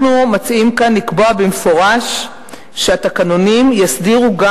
אנחנו מציעים כאן לקבוע במפורש שהתקנונים יסדירו גם